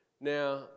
Now